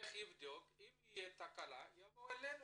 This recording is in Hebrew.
יילך ויבדוק ואם תהיה תקלה יפנה אלינו.